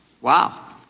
Wow